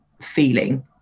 feeling